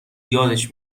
یادش